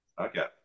Okay